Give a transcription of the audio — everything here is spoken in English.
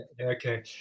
Okay